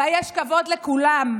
בה יש כבוד לכולם,